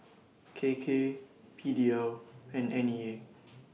K K P D L and N E A